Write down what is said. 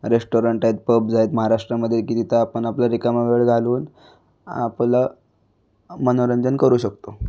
restaurant आहेत pubs आहेत महाराष्ट्रामध्ये की तिथंं आपण आपला रिकामा वेळ घालवून आपलं मनोरंजन करू शकतो